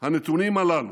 הנתונים הללו,